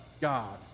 God